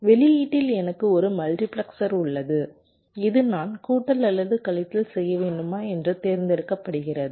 வெளியீட்டில் எனக்கு ஒரு மல்டிபிளெக்சர் உள்ளது இது நான் கூட்டல் அல்லது கழித்தல் செய்ய வேண்டுமா என்று தேர்ந்தெடுக்கப்படுகிறது